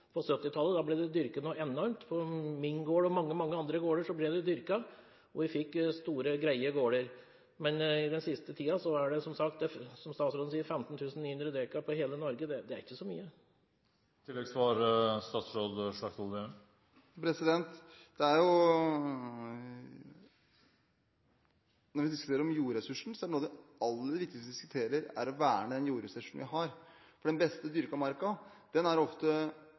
På 1970-tallet ble det dyrket noe enormt. På min gård, og på mange, mange andre gårder, ble det dyrket, og vi fikk store, greie gårder. Men i den siste tiden er det, som statsråden sier, 15 900 dekar i hele Norge som nydyrkes – det er ikke så mye. Når vi diskuterer jordressursen, er det å verne den jordressursen vi har, noe av det aller viktigste vi diskuterer. Den beste dyrkede marken er ofte rundt Oslo, rundt Hamar, rundt Stavanger, rundt Trondheim. Det er derfor det har